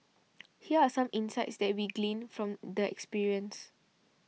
here are some insights that we gleaned from the experience